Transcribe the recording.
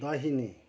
दाहिने